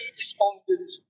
despondent